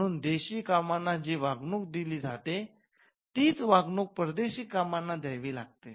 म्हणून देशी कामांना जी वागणूक दिली जाते तीच वागणूक परदेशी कामांना द्यावी लागते